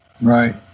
Right